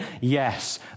yes